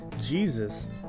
Jesus